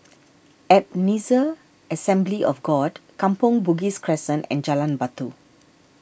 Ebenezer Assembly of God Kampong Bugis Crescent and Jalan Batu